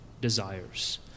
desires